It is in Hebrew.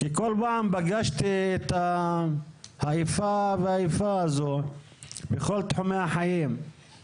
כי כל פעם פגשתי את האיפה והאיפה הזו בכל תחומי החיים.